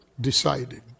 decided